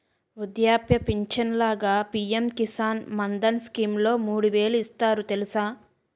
వృద్ధాప్య పించను లాగా పి.ఎం కిసాన్ మాన్ధన్ స్కీంలో మూడు వేలు ఇస్తారు తెలుసా?